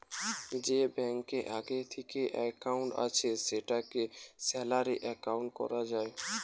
যে ব্যাংকে আগে থিকেই একাউন্ট আছে সেটাকে স্যালারি একাউন্ট কোরা যায়